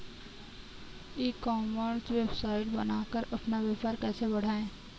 ई commerce website बनाकर अपना व्यापार कैसे बढ़ाएँ?